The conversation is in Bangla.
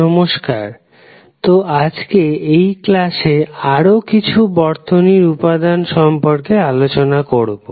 নমস্কার তো আজকে এই ক্লাসে আরও কিছু বর্তনীর উপাদান সম্পর্কে আলোচনা করবো